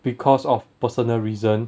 because of personal reason